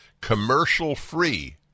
commercial-free